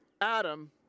Adam